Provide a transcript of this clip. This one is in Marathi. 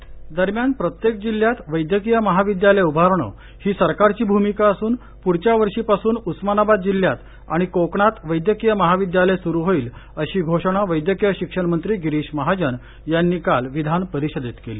विधिमंडळ जोड दरम्यान प्रत्येक जिल्ह्यात वैद्यकीय महाविद्यालय उभारणं ही सरकारची भूमिका असून पुढच्यावर्षी पासून उस्मानाबाद जिल्ह्यात आणि कोकणात वैद्यकीय महाविद्यालय सुरू होईल अशी घोषणा वैद्यकीय शिक्षण मंत्री गिरीश महाजन यांनी काल विधानपरिषदेत केली